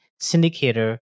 syndicator